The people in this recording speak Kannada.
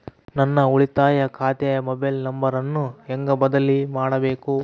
ನನ್ನ ಉಳಿತಾಯ ಖಾತೆ ಮೊಬೈಲ್ ನಂಬರನ್ನು ಹೆಂಗ ಬದಲಿ ಮಾಡಬೇಕು?